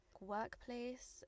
workplace